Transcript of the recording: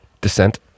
Descent